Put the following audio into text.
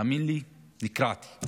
תאמין לי, נקרעתי.